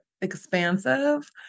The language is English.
expansive